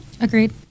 Agreed